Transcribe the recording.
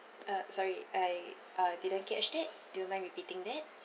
uh sorry I uh didn't catch that do you mind repeating that